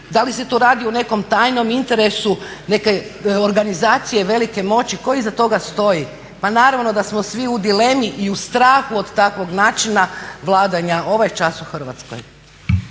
Da li se tu radi o nekom tajnom interesu neke organizacije velike moći, tko iza toga stoji? Pa naravno da smo svi u dilemi i u strahu od takvog načina vladanja ovaj čas u Hrvatskoj.